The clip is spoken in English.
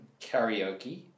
karaoke